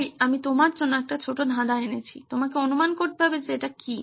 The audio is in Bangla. তাই আমি তোমার জন্য একটি ছোট ধাঁধা এনেছি তোমাকে অনুমান করতে হবে এটি কি